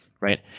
right